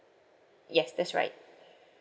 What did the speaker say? yes that's right